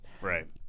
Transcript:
right